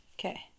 okay